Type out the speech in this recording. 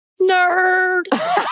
Nerd